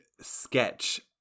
sketch